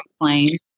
plane